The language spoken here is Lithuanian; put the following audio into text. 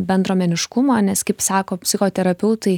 bendruomeniškumą nes kaip sako psichoterapeutai